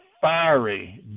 fiery